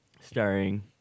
Starring